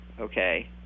okay